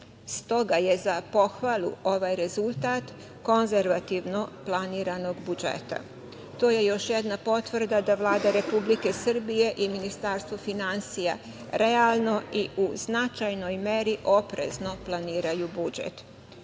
Stoga je za pohvalu ovaj rezultat konzervativno planiranog budžeta. To je još jedna potvrda da Vlada Republike Srbije i Ministarstvo finansija realno i u značajnoj meri oprezno planiraju budžet.